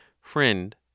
Friend